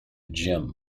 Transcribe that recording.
gem